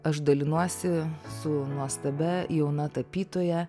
aš dalinuosi su nuostabia jauna tapytoja